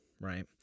right